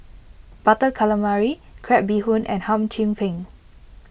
Butter Calamari Crab Bee Hoon and Hum Chim Peng